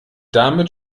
damit